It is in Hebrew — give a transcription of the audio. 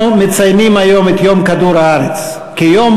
אנו מציינים היום את יום כדור-הארץ כיום